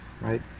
right